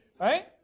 Right